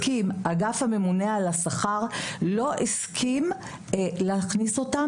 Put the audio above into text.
ואגף הממונה על השכר לא הסכים להכניס אותם